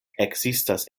ekzistas